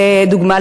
לדוגמה,